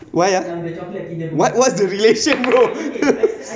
why ah what what's the relation bro